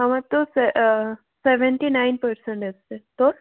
আমার তো স্যা সেভেন্টি নাইন পার্সেন্ট এসেছে তোর